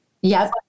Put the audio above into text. Yes